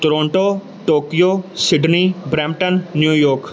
Toronto Tokyo Sydney Brampton New York